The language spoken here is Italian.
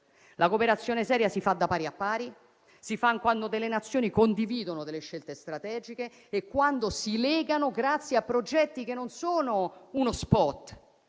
la cooperazione seria si fa da pari a pari, si fa quando le Nazioni condividono scelte strategiche e si legano grazie a progetti che non sono uno *spot*,